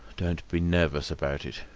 be nervous about it.